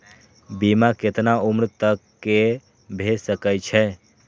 बीमा केतना उम्र तक के भे सके छै?